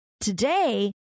Today